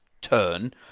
turn